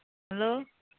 hello